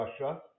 Russia